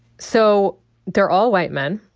so they're all white men.